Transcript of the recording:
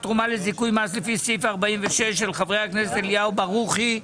תרומה לזיכוי מס לפי סעיף 46 של חברי הכנסת אליהו ברוכי,